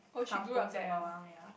Kampung Sembawang ya